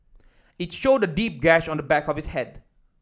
it showed a deep gash on the back of his head